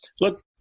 look